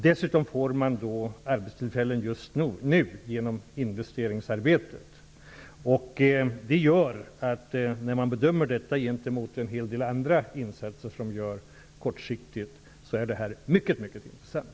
Dessutom får man, genom investeringsarbetet, arbetstillfällen just nu. Det gör att detta, vid en jämförelse med en hel del andra insatser som görs kortsiktigt, är mycket mycket intressant.